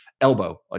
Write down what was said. elbow